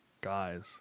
guys